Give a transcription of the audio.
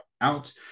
out